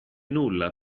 nulla